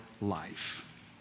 life